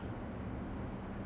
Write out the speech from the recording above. for master is it